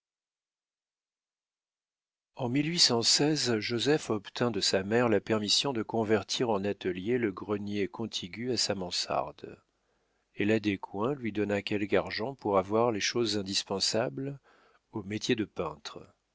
en joseph obtint de sa mère la permission de convertir en atelier le grenier contigu à sa mansarde et la descoings lui donna quelque argent pour avoir les choses indispensables au métier de peintre